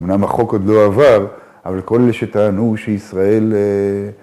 ‫אמנם החוק עוד לא עבר, ‫אבל כל אלה שטענו שישראל...